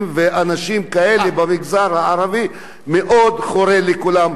ואנשים כאלה במגזר הערבי מאוד חורה לכולם.